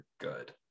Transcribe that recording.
good